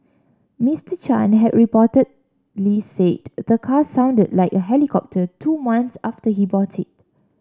Mister Chan had reportedly said the car sounded like a helicopter two month after he bought it